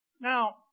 Now